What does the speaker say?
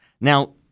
Now